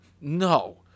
No